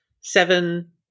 seven